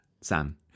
Sam